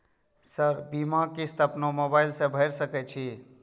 Sir बीमा किस्त अपनो मोबाईल से भर सके छी?